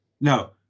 No